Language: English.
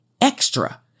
extra